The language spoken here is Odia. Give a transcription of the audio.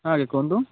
ହଁ ଆଜ୍ଞା କୁହନ୍ତୁ